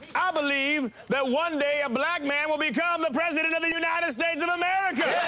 ah believe that one day, a black man will become the president of the united states of america.